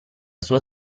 sua